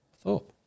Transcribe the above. Thought